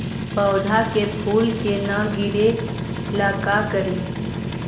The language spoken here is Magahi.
पौधा के फुल के न गिरे ला का करि?